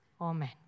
Amen